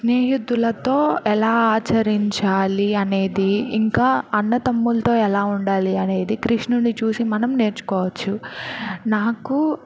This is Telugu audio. స్నేహితులతో ఎలా ఆచరించాలి అనేది ఇంకా అన్నదమ్ములతో ఎలా ఉండాలి అనేది కృష్ణుడ్ని చూసి మనం నేర్చుకోవచ్చు నాకు